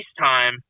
FaceTime